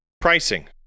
Pricing